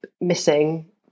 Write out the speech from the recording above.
missing